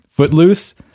Footloose